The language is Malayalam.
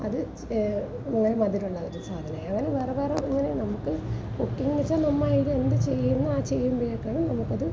അത് ഇങ്ങനെ മധുരമുള്ള ഒരു സാധനമായി അവൻ വേറെ വേറെ ഇങ്ങനെ നമുക്ക് കുക്കിങ്ങ് വെച്ചാൽ നമ്മൾ ഇത് എന്ത് ചെയ്യും എന്ന് ആ ചെയ്യുമ്പഴേക്കാണ് നമുക്കത്